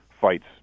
fights